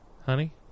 Honey